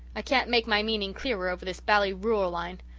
i can't make my meaning clearer over this bally rural line.